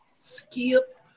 Skip